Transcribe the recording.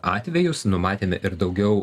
atvejus numatėme ir daugiau